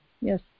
Yes